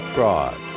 Fraud